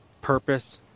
purpose